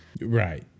Right